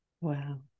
wow